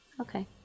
okay